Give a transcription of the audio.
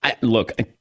Look